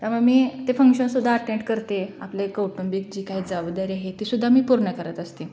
त्यामुळे मी ते फंक्शनसुद्धा अटेंड करते आपले कौटुंबिक जी काही जबाबदारी आहे तीसुद्धा मी पूर्ण करत असते